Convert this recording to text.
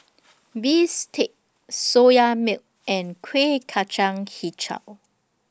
Bistake Soya Milk and Kuih Kacang Hijau